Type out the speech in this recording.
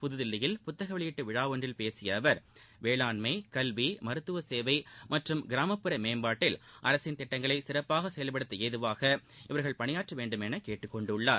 புதுதில்லியில் புத்தக வெளியீட்டு விழா ஒன்றில் பேசிய அவர் வேளாண் கல்வி மருத்துவ சேவை மற்றும் கிராமப்புற மேம்பாட்டில் அரசின் திட்டங்களை சிறப்பாக செயல்டடுத்த ஏதுவாக இவர்கள் பணியாற்ற வேண்டும் என கேட்டுக்கொண்டுள்ளார்